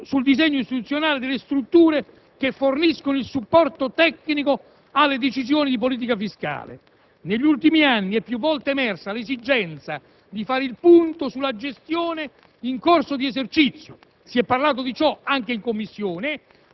intervenire sul disegno istituzionale delle strutture che forniscono il supporto tecnico alle decisioni di politica fiscale. Negli ultimi anni è più volte emersa l'esigenza di fare il punto sulla gestione in corso di esercizio